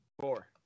four